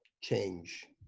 change